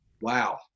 wow